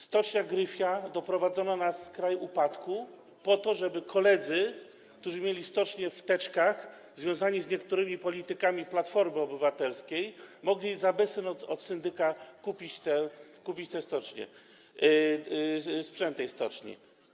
Stocznia Gryfia doprowadzona na skraj upadku po to, żeby koledzy, którzy mieli stocznię w teczkach, związani z niektórymi politykami Platformy Obywatelskiej, mogli za bezcen od syndyka kupić te stocznie, sprzęt tej stoczni.